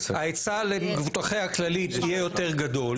ההיצע למבוטחי הכללית יהיה יותר גדול.